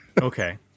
Okay